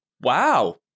Wow